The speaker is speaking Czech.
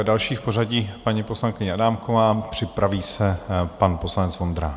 Další v pořadí paní poslankyně Adámková, připraví se pan poslanec Vondrák.